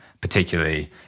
particularly